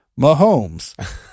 Mahomes